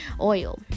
oil